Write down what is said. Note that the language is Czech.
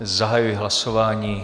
Zahajuji hlasování.